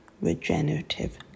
regenerative